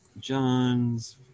John's